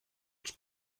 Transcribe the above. els